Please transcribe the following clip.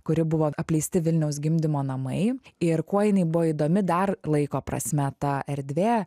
kuri buvo apleisti vilniaus gimdymo namai ir kuo jinai buvo įdomi dar laiko prasme ta erdvė